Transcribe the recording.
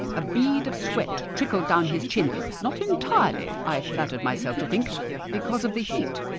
a bead of sweat trickled down his chin not entirely, i flattered myself to think, because of the heat.